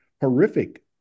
horrific